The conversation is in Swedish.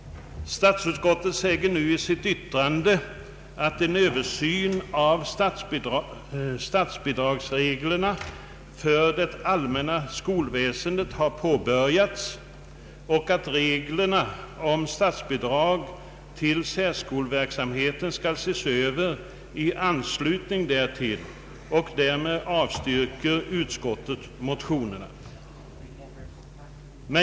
Statsutskottet säger nu i sitt yttrande att en översyn av statsbidragsreglerna för det allmänna skolväsendet har påbörjats och att reglerna om statsbidrag till särskoleverksamhet skall ses över i anslutning därtill. Därför avstyrker utskottet motionerna.